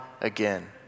again